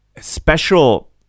special